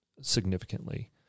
significantly